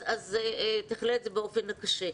אז תחלה באופן קשה.